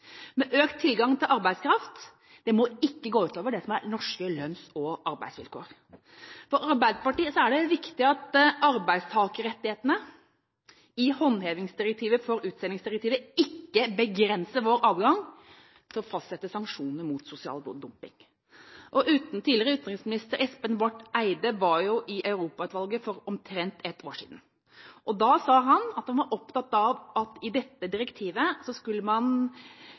økt tilgang på arbeidskraft må ikke gå ut over norske lønns- og arbeidsvilkår. For Arbeiderpartiet er det viktig at arbeidstakerrettighetene i håndhevingsdirektivet til utsendingsdirektivet ikke begrenser vår adgang til å fastsette sanksjoner mot sosial dumping. Tidligere utenriksminister Espen Barth Eide var i Europautvalget for omtrent ett år siden. Da sa han at han var opptatt av at man i dette direktivet ikke skulle